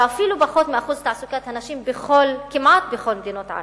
ואפילו פחות מאחוז תעסוקת הנשים כמעט בכל מדינות ערב.